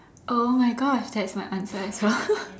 oh my gosh that's my answer as well